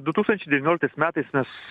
du tūkstančiai devynioliktais metais mes